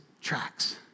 tracks